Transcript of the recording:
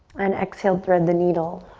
and exhale, thread the needle.